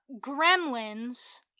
gremlins